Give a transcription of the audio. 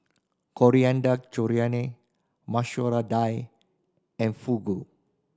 Coriander Chutney Masoor Dal and Fugu